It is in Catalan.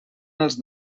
els